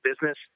business